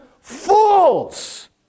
fools